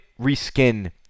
reskin